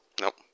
Nope